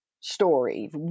story